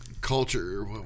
culture